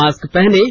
mask पहनें